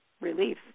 relief